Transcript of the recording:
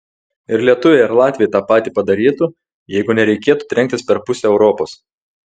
ir lietuviai ar latviai tą patį padarytų jeigu nereikėtų trenktis per pusę europos